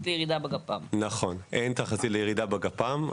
אין תחזית לירידה בגפ"מ.